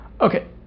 Okay